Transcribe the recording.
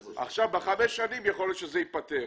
בחמש שנים יכול להיות שזה ייפתר.